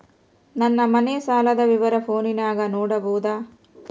ನನ್ನ ಮನೆ ಸಾಲದ ವಿವರ ಫೋನಿನಾಗ ನೋಡಬೊದ?